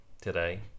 today